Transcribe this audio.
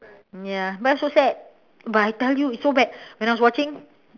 ya but so sad but I tell you it's so bad when I was watching